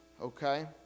okay